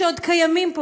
שעוד קיימים פה,